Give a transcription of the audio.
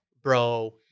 Bro